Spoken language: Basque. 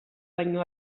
baino